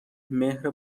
مهر